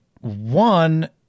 one